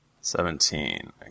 Seventeen